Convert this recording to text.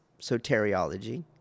soteriology